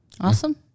Awesome